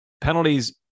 Penalties